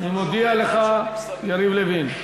אני מודיע לך, יריב לוין.